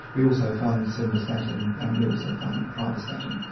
we also fund simvastatin and we also fund pravastatin.